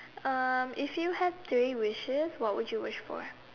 um if you have three wishes what would you wish for